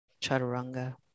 chaturanga